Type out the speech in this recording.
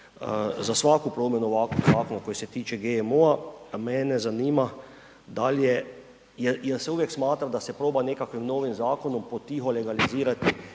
za svaku promjenu ovakvog zakona koji se tiče GMO-a, mene zanima, da li je, je li se uvijek smatra da se proba nekakvim novim zakonom potiho legalizirati